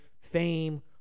fame